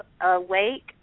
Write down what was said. awake